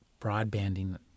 broadbanding